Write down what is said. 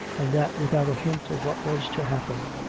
and that without a hint of what was to happen,